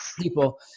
people